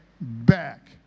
back